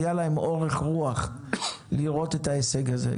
היה להם אורך הרוח לראות את ההישג הזה.